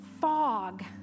fog